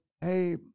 Hey